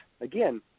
again